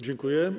Dziękuję.